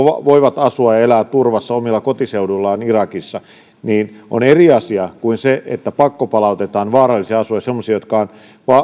voivat asua ja elää turvassa omilla kotiseuduillaan irakissa ovat eri asia kuin se että pakkopalautetaan vaarallisille alueille semmoisia jotka ovat